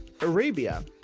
Arabia